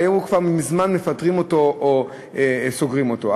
היו כבר מזמן מפטרים אותו או סוגרים אותו.